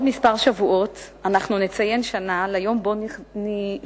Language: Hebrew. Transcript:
בעוד כמה שבועות אנחנו נציין שנה ליום שבו נרצחו